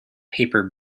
paper